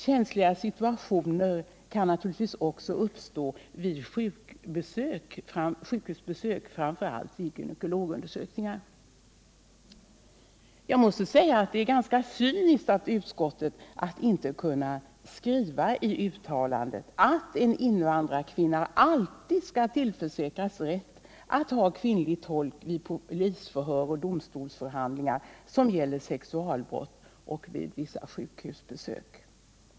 Känsliga situationer kan naturligtvis också uppstå vid sjukhusbesök, framför allt vid gynekologundersökningar. Jag måste säga att det är ganska cyniskt av utskottet att i uttalandet inte kunna skriva att en invandrarkvinna alltid skall tillförsäkras rätt att ha kvinnlig tolk vid polisförhör och domstolsförhandlingar som gäller sexualbrott och vid vissa sjukhusbesök.